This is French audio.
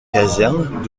casernes